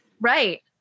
right